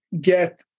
get